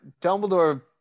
Dumbledore